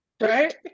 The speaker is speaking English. Right